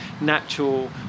natural